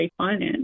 refinance